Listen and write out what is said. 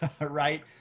right